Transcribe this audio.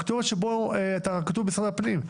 זאת הכתובת בה אתה רשום במשרד הפנים.